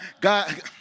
God